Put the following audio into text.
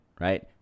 right